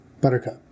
Buttercup